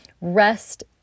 Rest